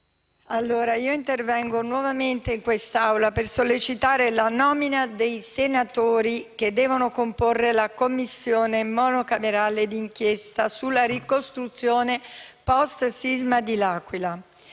Presidente, intervengo nuovamente in questa Aula per sollecitare la nomina dei senatori che devono comporre la Commissione monocamerale d'inchiesta sulla ricostruzione *post*-sisma dell'Aquila.